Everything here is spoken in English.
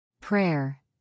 Prayer